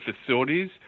facilities